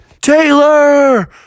Taylor